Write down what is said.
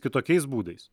kitokiais būdais